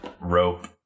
rope